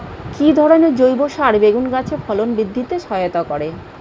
কি ধরনের জৈব সার বেগুন গাছে ফলন বৃদ্ধিতে সহায়তা করে?